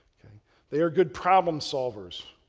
they are good problem solvers.